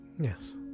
Yes